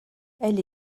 elle